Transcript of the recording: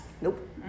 Nope